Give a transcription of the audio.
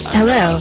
Hello